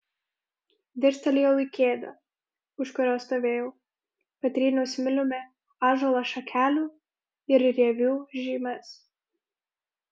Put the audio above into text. dirstelėjau į kėdę už kurios stovėjau patryniau smiliumi ąžuolo šakelių ir rievių žymes